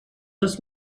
just